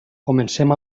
comencem